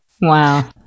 Wow